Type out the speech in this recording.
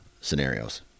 scenarios